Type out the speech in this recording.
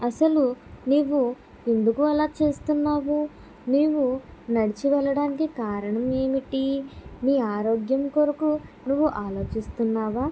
అసలు నీవు ఎందుకు అల చేస్తున్నావు నీవు నడిచి వెళ్లడానికి కారణం ఏమిటి నీ ఆరోగ్యం కొరకు నువ్వు ఆలోచిస్తున్నావా